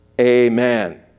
Amen